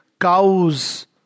cows